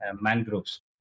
mangroves